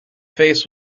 face